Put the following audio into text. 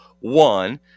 One